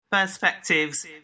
perspectives